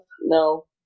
no